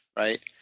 right?